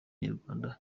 nyarwanda